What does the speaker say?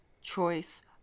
choice